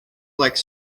like